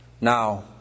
Now